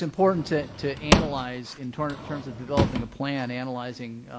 important to to analyze in terms terms of developing a plan, analyzing